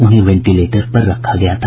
उन्हें वेंटिलेटर पर रखा गया था